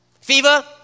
Fever